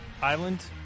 island